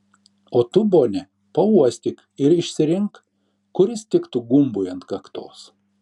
o tu bone pauostyk ir išsirink kuris tiktų gumbui ant kaktos